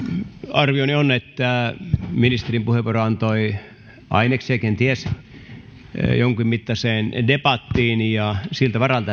arvioni on että ministerin puheenvuoro antoi aineksia kenties jonkin mittaiseen debattiin ja siltä varalta